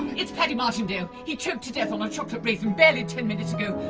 it's paddy martindale he choked to death on a chocolate raisin barely ten minutes ago!